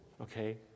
okay